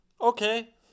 Okay